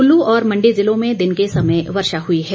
कुल्लू और मण्डी जिलों में दिन के समय वर्षा हुई है